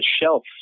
shelf